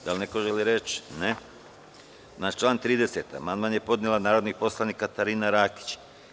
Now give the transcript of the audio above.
Da li neko želi reč? (Ne) Na član 30. amandman je podnela narodni poslanik Katarina Rakić.